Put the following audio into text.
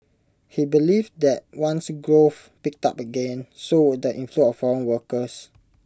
he believed that once growth picked up again so would the inflow of foreign workers